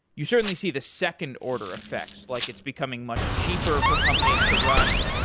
you certainly see the second order effects. like it's becoming much cheaper for companies to run,